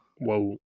Whoa